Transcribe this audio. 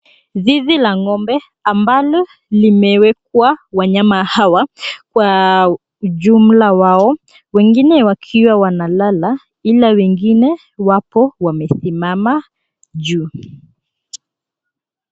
Zizi la ng' ombe ambalo limewekwa wanyama hawa wa ujumla wao, wengine wakiwa wanalala ila wengine wapo wamesimama juu.